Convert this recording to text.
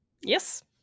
Yes